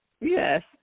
yes